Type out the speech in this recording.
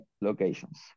locations